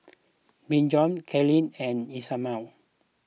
Brigid Carlyle and Ismael